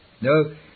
No